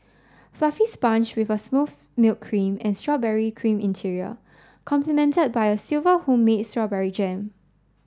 fluffy sponge with a smooth milk cream and strawberry cream interior complement by a silver of homemade strawberry jam